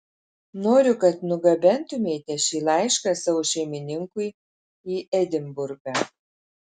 noriu kad nugabentumėte šį laišką savo šeimininkui į edinburgą